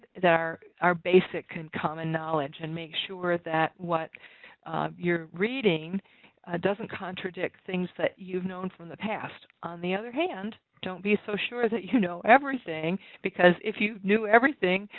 that are our basic and common knowledge and make sure that what you're reading doesn't contradict things that you've known from the past. on the other hand, don't be so sure that you know everything because if you knew everything,